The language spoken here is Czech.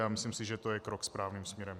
A myslím si, že to je krok správným směrem.